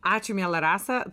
ačiū miela rasa